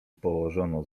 położono